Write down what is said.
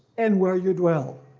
and where you dwell,